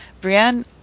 Brienne